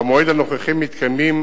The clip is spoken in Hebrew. במועד הנוכחי מתקיימים